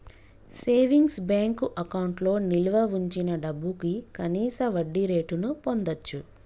savings bank అకౌంట్లో నిల్వ వుంచిన డబ్భుకి కనీస వడ్డీరేటును పొందచ్చు